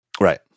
right